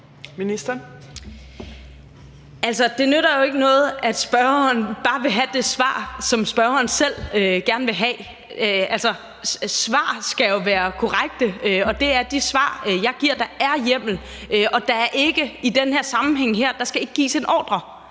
Det nytter jo ikke noget, at spørgeren bare vil have det svar, som spørgeren selv gerne vil have. Svar skal jo være korrekte, og det er de svar, jeg giver. Der er hjemmel, og der skal ikke i den her sammenhæng gives en ordre